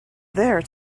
there